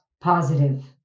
positive